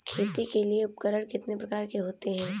खेती के लिए उपकरण कितने प्रकार के होते हैं?